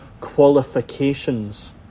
qualifications